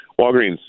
Walgreens